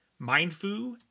Mindfu